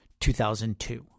2002